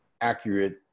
accurate